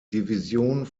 division